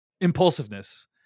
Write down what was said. impulsiveness